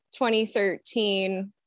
2013